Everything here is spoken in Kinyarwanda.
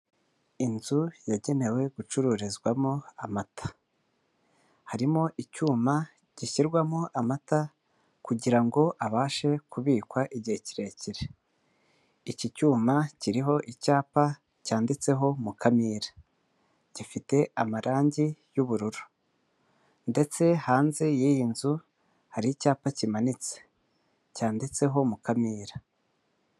Inzu yagenewe gucururizwamo amata. Harimo icyuma gishyirwamo amata, kugira ngo abashe kubikwa igihe kirekire. Iki cyuma kiriho icyapa cyanditseho Mukamira. Gifite amarangi y'ubururu. Ndetse hanze y'iyi nzu, hari icyapa kimanitse. Cyanditseho Mukamira.